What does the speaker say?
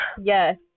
Yes